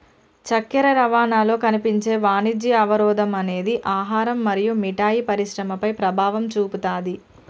చక్కెర రవాణాలో కనిపించే వాణిజ్య అవరోధం అనేది ఆహారం మరియు మిఠాయి పరిశ్రమపై ప్రభావం చూపుతాది